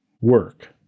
Work